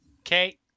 Okay